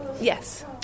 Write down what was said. yes